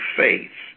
faith